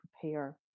prepare